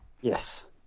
Yes